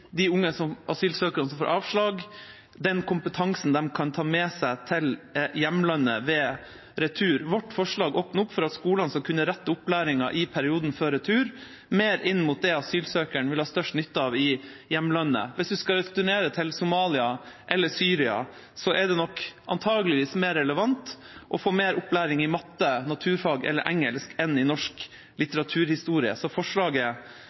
de unge asylsøkerne som får avslag, den kompetansen de kan ta med seg til hjemlandet ved retur. Vårt forslag åpner opp for at skolene skal kunne rette opplæringen i perioden før retur mer inn mot det asylsøkeren vil ha størst nytte av i hjemlandet. Hvis en skal returnere til Somalia eller Syria, er det nok antakeligvis mer relevant å få mer opplæring i matte, naturfag eller engelsk enn i norsk litteraturhistorie. Så forslaget